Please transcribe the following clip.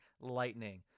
lightning